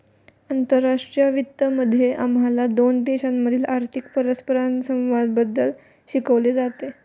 आंतरराष्ट्रीय वित्त मध्ये आम्हाला दोन देशांमधील आर्थिक परस्परसंवादाबद्दल शिकवले जाते